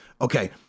Okay